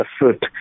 afoot